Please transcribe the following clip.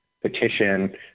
petition